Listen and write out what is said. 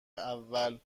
اول